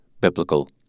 biblical